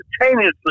instantaneously